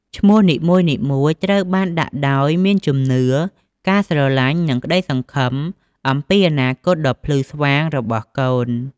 ឈ្មោះនីមួយៗត្រូវបានដាក់ដោយមានជំនឿ ការស្រឡាញ់ និងក្តីសង្ឃឹមអំពីអនាគតដ៏ភ្លឺស្វាងរបស់កូន។